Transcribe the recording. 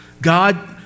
God